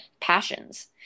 passions